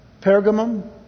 Pergamum